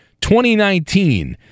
2019